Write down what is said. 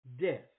death